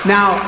Now